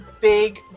big